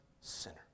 sinner